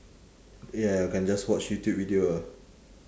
ya you can just watch youtube video ah